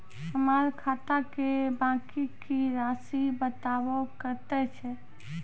हमर खाता के बाँकी के रासि बताबो कतेय छै?